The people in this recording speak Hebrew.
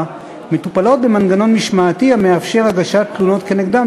מטופלות במנגנון משמעתי המאפשר הגשת תלונות נגדם,